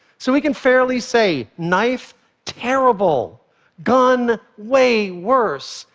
so we can fairly say, knife terrible gun way worse.